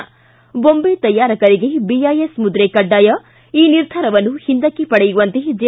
ು ಬೊಂಬೆ ತಯಾರಕರಿಗೆ ಬಿಐಎಸ್ ಮುದ್ರೆ ಕಡ್ಡಾಯ ಈ ನಿರ್ಧಾರವನ್ನು ಹಿಂದಕ್ಕೆ ಪಡೆಯುವಂತೆ ಜೆ